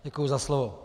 Děkuji za slovo.